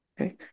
Okay